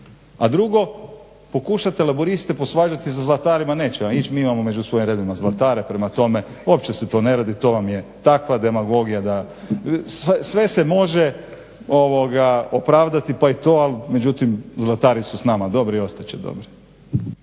A drugo, pokušate laburiste posvađati sa zlatarima, neće vam ići, mi imamo među svojim redovima zlatare, prema tome uopće se to ne radi, to vam je takva demagogija da, sve se može opravdati pa i to, međutim zlatari su s nama dobri i ostat će dobri.